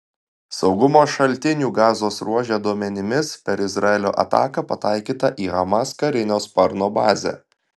saugumo šaltinių gazos ruože duomenimis per izraelio ataką pataikyta į hamas karinio sparno bazę